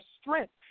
strength